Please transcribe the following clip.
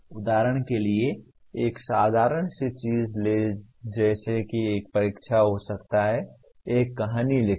उदाहरण के लिए एक साधारण सी चीज लें जैसे कि एक परीक्षण हो सकता है एक कहानी लिखें